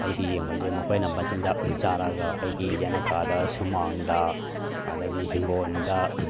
ꯑꯩꯗꯤ ꯌꯦꯡꯕꯁꯦ ꯃꯈꯣꯏꯅ ꯃꯆꯤꯟꯖꯥꯛ ꯆꯥꯔꯒ ꯑꯩꯒꯤ ꯌꯦꯅꯈꯥꯗ ꯁꯨꯃꯥꯡꯗ ꯑꯗꯒꯤ ꯍꯤꯡꯒꯣꯟꯗ